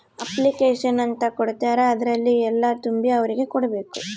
application ಅಂತ ಕೊಡ್ತಾರ ಅದ್ರಲ್ಲಿ ಎಲ್ಲ ತುಂಬಿ ಅವ್ರಿಗೆ ಕೊಡ್ಬೇಕು